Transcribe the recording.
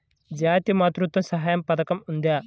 జాతీయ మాతృత్వ సహాయ పథకం ఉందా?